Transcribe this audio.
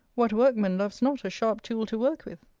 what workman loves not a sharp tool to work with?